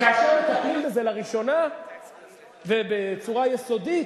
כאשר מטפלים בזה לראשונה ובצורה יסודית,